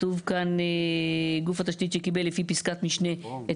כתוב כאן "גוף התשתית שקיבל לפי פסקת משנה את